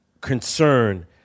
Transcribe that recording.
concern